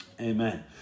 amen